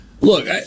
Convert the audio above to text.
Look